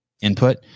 input